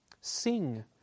Sing